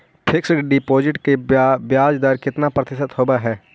Fix deposit का ब्याज दर कितना प्रतिशत होब है?